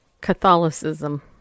Catholicism